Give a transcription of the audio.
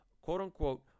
quote-unquote